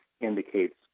indicates